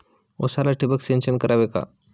उसाला ठिबक सिंचन करावे का?